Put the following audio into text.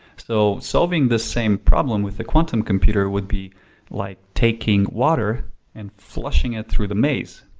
so solving the same problem with the quantum computer would be like taking water and flushing it through the maze.